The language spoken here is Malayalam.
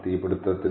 തീപിടുത്തത്തിന്